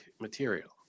material